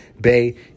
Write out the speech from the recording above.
Bay